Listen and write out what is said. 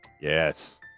Yes